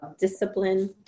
discipline